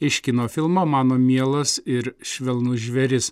iš kino filmo mano mielas ir švelnus žvėris